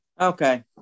Okay